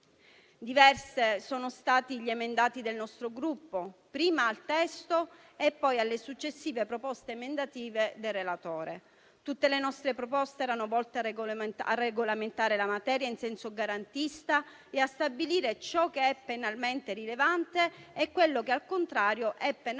Diversi sono stati gli emendamenti del nostro Gruppo, prima al testo e poi alle successive proposte emendative del relatore. Tutte le nostre proposte erano volte a regolamentare la materia in senso garantista e a stabilire ciò che è penalmente rilevante e quello che, al contrario, è penalmente